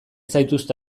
zaituzte